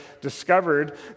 discovered